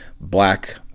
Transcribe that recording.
Black